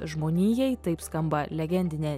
žmonijai taip skamba legendinė